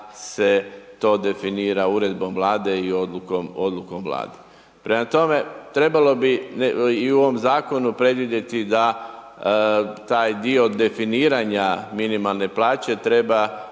se to definira uredbom Vlade i odlukom Vlade. Prema tome, trebalo bi i u ovom zakonu predvidjeti da taj dio definiranja minimalne plaće treba